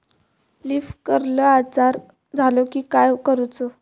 Leaf curl आजार झालो की काय करूच?